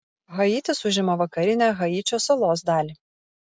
haitis užima vakarinę haičio salos dalį